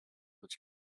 which